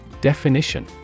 Definition